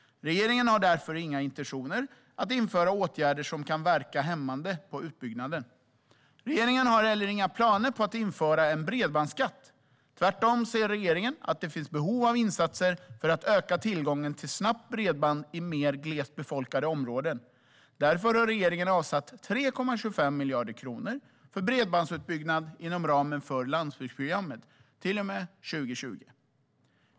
Regeringen har därför inga intentioner att vidta åtgärder som kan verka hämmande på utbyggnaden. Regeringen har heller inga planer på att införa en bredbandsskatt. Tvärtom ser regeringen att det finns behov av insatser för att öka tillgången till snabbt bredband i mer glest befolkade områden. Därför har regeringen avsatt 3,25 miljarder kronor för bredbandsutbyggnad inom ramen för landsbygdsprogrammet till och med 2020.